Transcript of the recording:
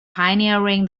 pioneering